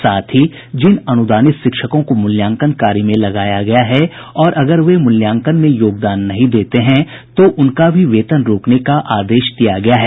साथ ही जिन अनुदानित शिक्षकों को मूल्यांकन कार्य में लगाया गया है अगर वे मूल्यांकन में योगदान नहीं देते हैं तो उनका भी वेतन रोकने का आदेश दिया गया है